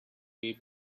way